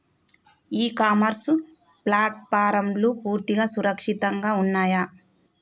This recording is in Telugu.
ఇ కామర్స్ ప్లాట్ఫారమ్లు పూర్తిగా సురక్షితంగా ఉన్నయా?